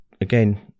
again